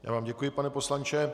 Já vám děkuji, pane poslanče.